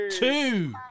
Two